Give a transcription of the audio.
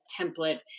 template